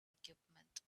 equipment